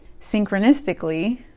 synchronistically